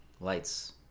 Lights